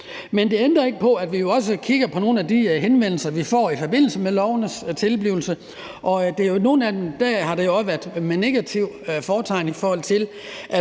Men det ændrer ikke på, at vi også kigger på nogle af de henvendelser, vi får i forbindelse med lovenes tilblivelse, og for nogle af dem har det jo også været med negativt fortegn, i forhold til